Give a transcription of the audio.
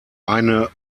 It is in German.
eine